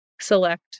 select